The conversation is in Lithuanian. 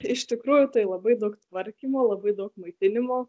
iš tikrųjų tai labai daug tvarkymo labai daug maitinimo